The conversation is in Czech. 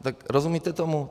Tak rozumíte tomu?